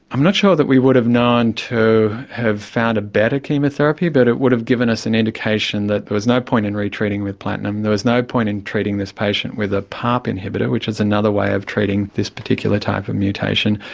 i'm not sure that we would have known to have found a better chemotherapy but it would have given us an indication that there was no point in retreating with platinum, there was no point in treating this patient with a parp inhibitor, which is another way of treating this particular type of mutation,